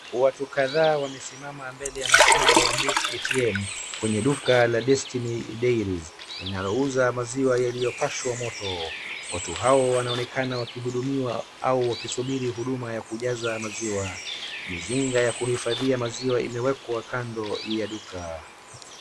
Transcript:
Watu kadhaa wamesimama mbele ya mashine ya Milk ATM kwenye duka la Destiny Dairies linalouza maziwa yaliyopashwa moto. Watu hao wanaonekana wakihudumiwa au wakisubiri huduma ya kujaza maziwa. Mizinga ya kuhifadhia maziwa imewekwa kando ya duka.